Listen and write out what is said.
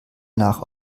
nach